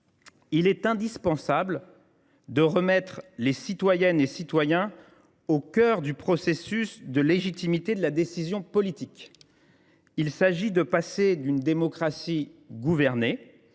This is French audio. il est indispensable de remettre les citoyennes et les citoyens au cœur du processus de légitimité de la décision politique. Il s’agit de passer d’une « démocratie gouvernée